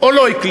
או לא הקליטו.